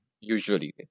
Usually